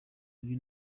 bibi